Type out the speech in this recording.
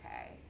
okay